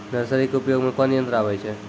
Nursery के उपयोग मे कोन यंत्र आबै छै?